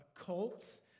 cults